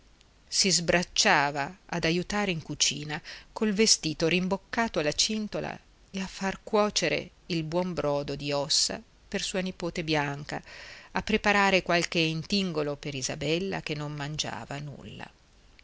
si sbracciava ad aiutare in cucina col vestito rimboccato alla cintola a far cuocere un buon brodo di ossa per sua nipote bianca a preparare qualche intingolo per isabella che non mangiava nulla